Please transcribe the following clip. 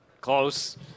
close